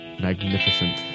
Magnificent